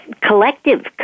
collective